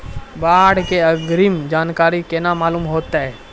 बाढ़ के अग्रिम जानकारी केना मालूम होइतै?